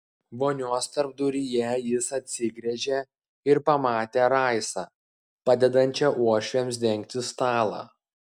vonios tarpduryje jis atsigręžė ir pamatė raisą padedančią uošviams dengti stalą